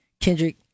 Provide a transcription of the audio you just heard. Kendrick